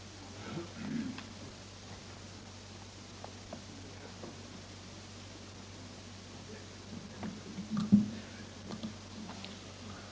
förbättra situationen inom folktandvården